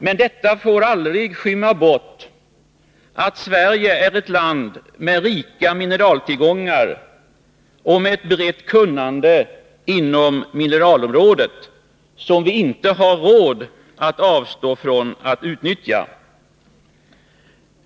Men detta får aldrig skymma bort att Sverige är ett land med rika mineraltillgångar och med ett brett kunnande inom mineralområdet som vi inte har råd att avstå från att utnyttja.